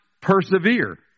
persevere